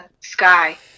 sky